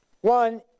One